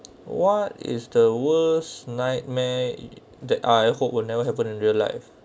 what is the worst nightmare that I hope will never happen in real life